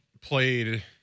played